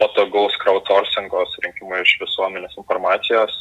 patogaus krautorsingo surinkimo iš visuomenės informacijos